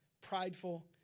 prideful